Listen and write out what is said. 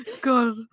God